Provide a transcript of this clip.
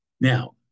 Now